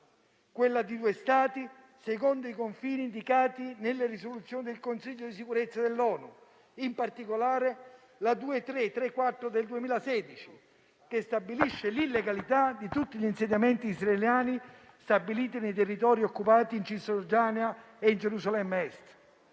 quella di due Stati secondo i confini indicati nelle risoluzioni del Consiglio di sicurezza dell'ONU, in particolare la n. 2334 del 2016, che sancisce l'illegalità di tutti gli insediamenti israeliani stabiliti nei territori occupati in Cisgiordania e in Gerusalemme Est.